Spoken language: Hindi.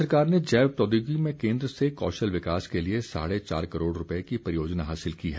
राज्य सरकार ने जैव प्रौद्योगिकी में केन्द्र से कौशल विकास के लिए साढ़े चार करोड़ रूपए की परियोजना हासिल की है